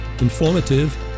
informative